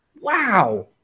Wow